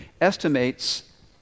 estimates